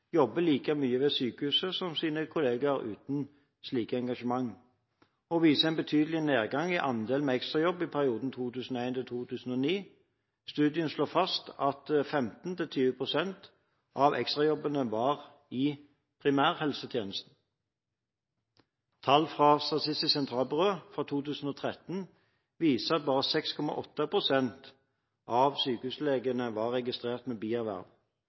jobber like mye ved sykehuset som sine kolleger uten slike engasjement, og den viser også en betydelig nedgang i andelen med ekstrajobb i perioden 2001–2009. Studien slår fast at 15–20 pst. av ekstrajobbene var i primærhelsetjenesten. Tall fra Statistisk sentralbyrå fra 2013 viser at bare 6,8 pst. av sykehuslegene var registrert med